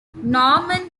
norman